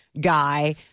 guy